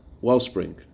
wellspring